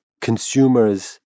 consumers